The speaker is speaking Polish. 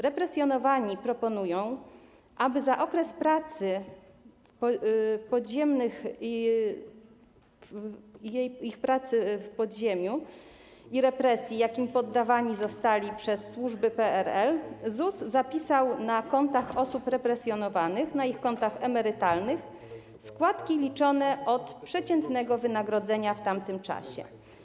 Represjonowani proponują, aby za okres ich pracy w podziemiu i represji, jakim poddawani byli przez służby PRL, ZUS zapisał na kontach osób represjonowanych, na ich kontach emerytalnych, składki liczone od przeciętnego wynagrodzenia w tamtym czasie.